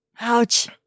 ouch